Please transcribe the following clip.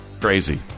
crazy